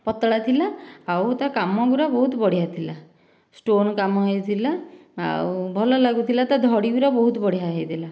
ପତଳା ଥିଲା ଆଉ ତା କାମ ଗୁରା ବହୁତ ବଢ଼ିଆ ଥିଲା ଷ୍ଟୋନ କାମ ହୋଇଥିଲା ଆଉ ଭଲ ଲାଗୁଥିଲା ତା ଧଡ଼ି ଗୁରା ବହୁତ ବଢ଼ିଆ ହୋଇଥିଲା